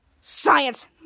science